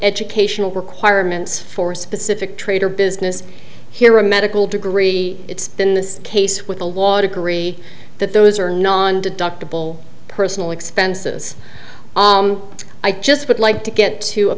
educational requirements for a specific trade or business here or a medical degree it's been the case with a law degree that those are nondeductible personal expenses i just would like to get to a